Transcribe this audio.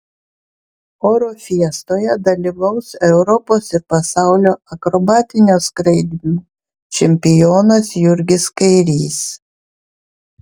oro fiestoje dalyvaus europos ir pasaulio akrobatinio skraidymo čempionas jurgis kairys